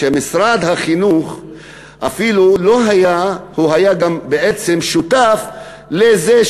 שמשרד החינוך היה בעצם שותף לזה,